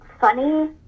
funny